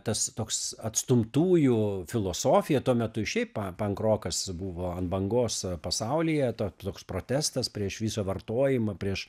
tas toks atstumtųjų filosofija tuo metu šiaip pa pankrokas buvo ant bangos pasaulyje ta toks protestas prieš visą vartojimą prieš